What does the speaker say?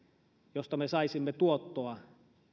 josta me saisimme tuottoa